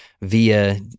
via